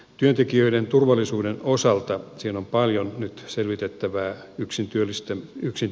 työntekijöiden turvallisuuden osalta siellä on paljon nyt selvitettävää